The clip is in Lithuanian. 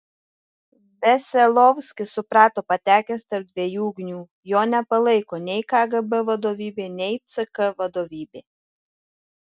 veselovskis suprato patekęs tarp dviejų ugnių jo nepalaiko nei kgb vadovybė nei ck vadovybė